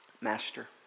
Master